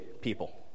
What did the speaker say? people